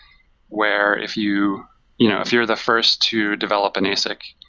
where if you know if you're the first to develop an asic,